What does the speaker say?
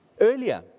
Earlier